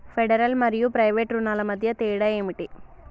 Federal మరియు private రుణాల మధ్య తేడా ఏమిటి?